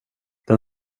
den